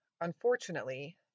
unfortunately